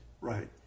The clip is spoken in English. Right